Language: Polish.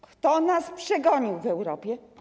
Kto nas przegonił w Europie?